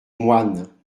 moine